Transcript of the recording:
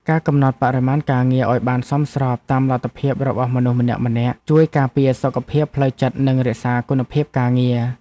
ការកំណត់បរិមាណការងារឱ្យបានសមស្របតាមលទ្ធភាពរបស់មនុស្សម្នាក់ៗ ជួយការពារសុខភាពផ្លូវចិត្តនិងរក្សាគុណភាពការងារ។